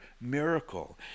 miracle